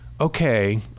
Okay